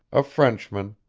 a frenchman,